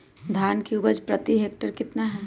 धान की उपज प्रति हेक्टेयर कितना है?